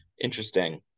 Interesting